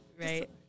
right